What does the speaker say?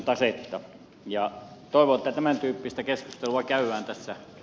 toivon että tämäntyyppistä keskustelua käydään tässä